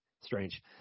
strange